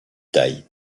taille